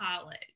college